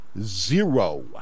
zero